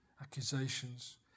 accusations